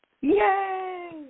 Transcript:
Yay